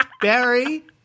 Barry